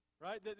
right